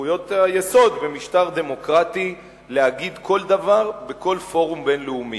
זכויות היסוד במשטר דמוקרטי להגיד כל דבר בכל פורום בין-לאומי,